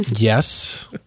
Yes